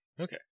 Okay